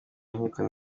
nkiko